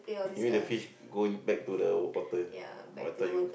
maybe the fish go in back to the water oh I thought you